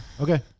Okay